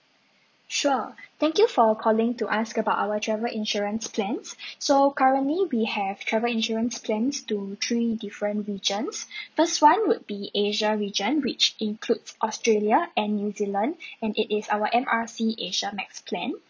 sure thank you for calling to ask about our travel insurance plans so currently we have travel insurance plans to three different regions first one would be asia region which includes australia and new zealand and it is our M R C asia max plan